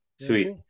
sweet